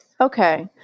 Okay